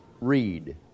read